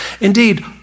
indeed